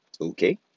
Okay